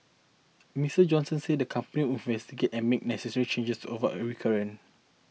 Mister Johnson said the company would investigate and make necessary changes to avoid a recurrence